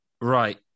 Right